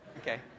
Okay